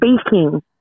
speaking